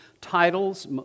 titles